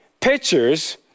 pictures